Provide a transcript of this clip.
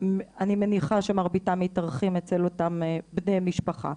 אני מניחה שמרביתם מתארחים אצל אותם בני משפחה.